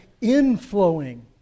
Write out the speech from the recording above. inflowing